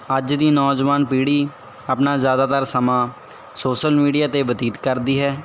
ਅੱਜ ਦੀ ਨੌਜਵਾਨ ਪੀੜੀ ਆਪਣਾ ਜ਼ਿਆਦਾਤਰ ਸਮਾਂ ਸੋਸ਼ਲ ਮੀਡੀਆ 'ਤੇ ਬਤੀਤ ਕਰਦੀ ਹੈ